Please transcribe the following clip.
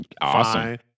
Awesome